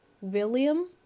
William